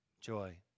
joy